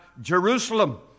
Jerusalem